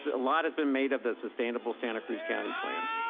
a lot has been made of the sustainable santa cruz county plan.